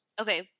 Okay